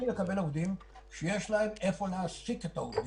אבל הם רוצים לקבל עובדים כשיש להם איפה להעסיק אותם,